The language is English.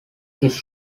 his